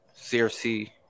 CRC